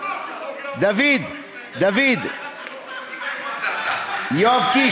יואב קיש,